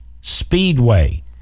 speedway